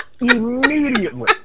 Immediately